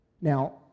Now